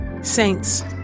Saints